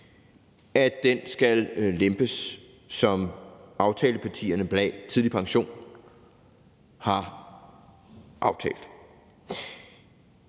– skal lempes, som aftalepartierne bag tidlig pension har aftalt.